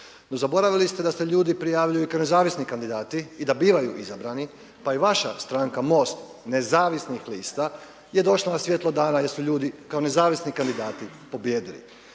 zaboravili ste da se ljudi prijavljuju kao nezavisni kandidati i da bivaju izabrani, pa i vaša stranka MOST Nezavisnih lista je došla na svjetlo dana jer su ljudi kao nezavisni kandidati pobijedili.